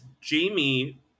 Jamie